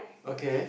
okay